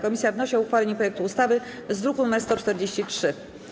Komisja wnosi o uchwalenie projektu ustawy z druku nr 143.